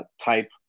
type